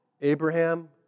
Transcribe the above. Abraham